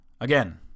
again